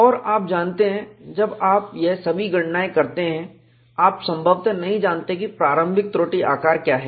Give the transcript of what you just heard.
और आप जानते हैं जब आप यह सभी गणनायें करते हैं आप संभवत नहीं जानते की प्रारंभिक त्रुटि आकार क्या है